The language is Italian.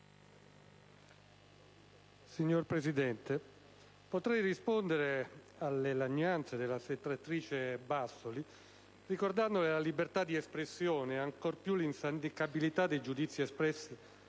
Signor Presidente, potrei rispondere alla lagnanza della senatrice Bassoli ricordandole la libertà di espressione e, ancor più, l'insindacabilità dei giudizi espressi